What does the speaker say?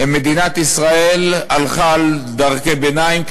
מדינת ישראל הלכה על דרכי ביניים,